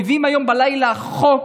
מביאים היום בלילה חוק